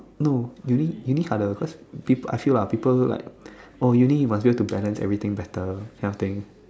no uni uni harder because people I feel lah people like oh uni you must be able to balance everything better kind of thing